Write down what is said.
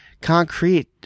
concrete